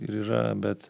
ir yra bet